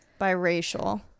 biracial